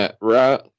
Right